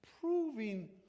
proving